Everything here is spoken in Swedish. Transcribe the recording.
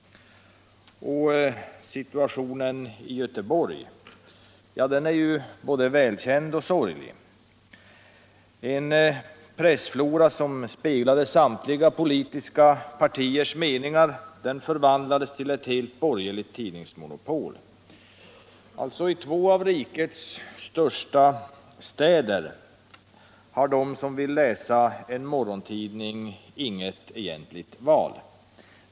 Och situationen i Göteborg är ju både välkänd och sorglig. En pressflora som speglade samtliga politiska partiers meningar förvandlades till ett helt borgerligt tidningsmonopol. I två av rikets största städer har alltså de som vill läsa en morgontidning inget egentligt val.